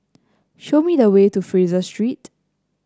show me the way to Fraser Street